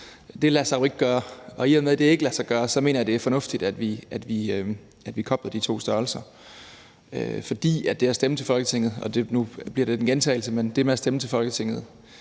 Det lader sig jo ikke gøre, og i og med at det ikke lader sig gøre, mener jeg, det er fornuftigt, at vi kobler de to størrelser, fordi det at stemme ved valg til Folketinget – og nu bliver det lidt en gentagelse – mener jeg er noget særligt,